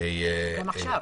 וגם עכשיו.